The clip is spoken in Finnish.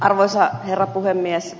arvoisa herra puhemies